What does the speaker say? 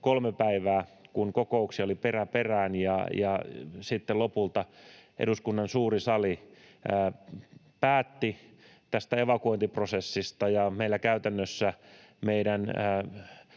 kolme päivää, kun kokouksia oli perä perään, ja sitten lopulta eduskunnan suuri sali päätti tästä evakuointiprosessista. Käytännössä meidän